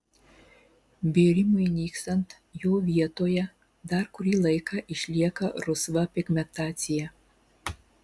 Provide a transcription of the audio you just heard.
bėrimui nykstant jo vietoje dar kurį laiką išlieka rusva pigmentacija